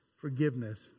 forgiveness